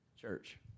church